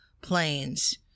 planes